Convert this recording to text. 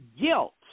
guilt